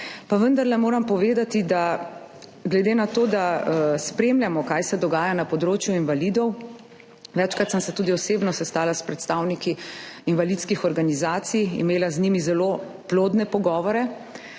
Pa vendarle moram povedati, glede na to, da spremljamo, kaj se dogaja na področju invalidov, večkrat sem se tudi osebno sestala s predstavniki invalidskih organizacij, imela z njimi zelo plodne pogovore,